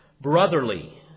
brotherly